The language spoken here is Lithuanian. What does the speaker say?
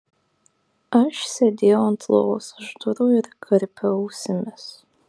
aš sėdėjau ant lovos už durų ir karpiau ausimis